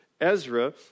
Ezra